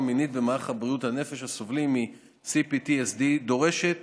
מינית במערך הבריאות הנפש הסובלים מ-C-PTSD דורשת